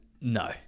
No